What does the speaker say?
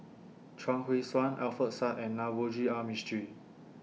Chuang Hui Tsuan Alfian Sa'at and Navroji R Mistri